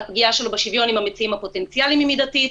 הפגיעה שלו בשוויון עם המציעים הפוטנציאליים היא מידתית,